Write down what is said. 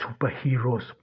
superheroes